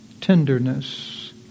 tenderness